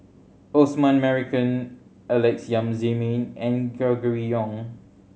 Osman Merican Alex Yam Ziming and Gregory Yong